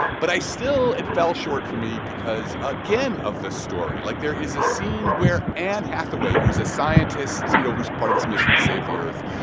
but i still it fell short for me because again of the story. like, there is a scene where anne hathaway who's a scientist, you know, who's part of this mission to save the earth,